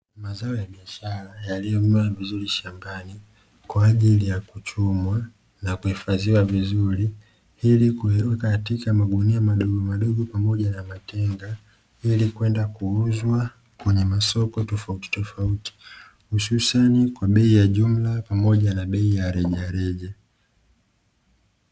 Mazao ya biashara, yaliyomea vizuri shambani kwa ajili ya kuchumwa na kuhifadhiwa vizuri ili kuyaweka katika magunia madogomadogo pamoja na matenga ili kwenda kuuzwa kwenye masoko tofautitofauti, hususani kwa bei ya jumla pamoja na bei ya rejareja.